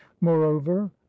moreover